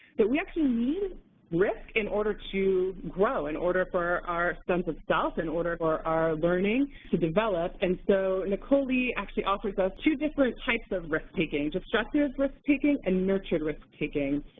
that we actually need risk in order to grow, in order for our sense of self, in order for our our learning to develop. and so nicole lee actually offers us two different types of risk taking destructive risk taking and nurtured risk taking.